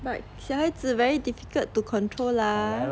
but 小孩子 very difficult to control lah